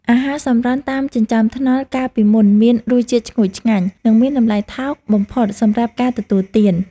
អាហារសម្រន់តាមចិញ្ចើមថ្នល់កាលពីមុនមានរសជាតិឈ្ងុយឆ្ងាញ់ និងមានតម្លៃថោកបំផុតសម្រាប់ការទទួលទាន។